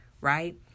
right